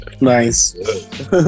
Nice